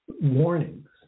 Warnings